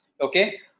Okay